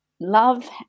Love